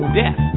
death